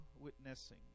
witnessing